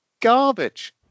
garbage